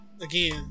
Again